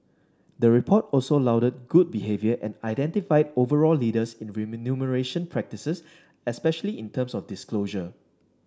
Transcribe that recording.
the report also lauded good behaviour and identified overall leaders in remuneration practices especially in terms of disclosure